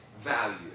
value